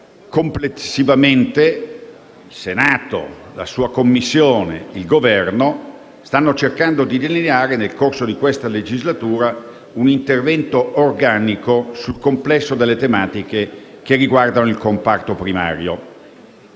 complessivamente, il Senato, la sua Commissione e il Governo stanno cercando di delineare, nel corso di questa legislatura, un intervento organico sul complesso delle tematiche che riguardano il comparto primario.